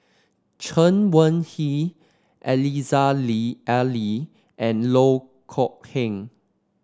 Chen Wen Hsi Aziza Ali and Loh Kok Heng